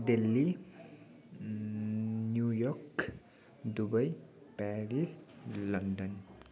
Delhi New York Dubai Paris London